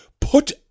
put